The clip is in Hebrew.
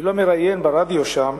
אפילו המראיין ברדיו שם,